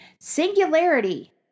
Singularity